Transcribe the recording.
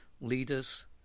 leaders